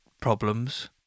problems